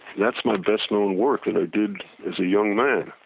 that's my best-known work that i did as a young man.